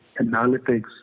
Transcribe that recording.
analytics